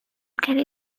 carry